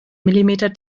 millimeter